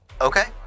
Okay